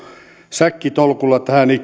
säkkitolkulla tähän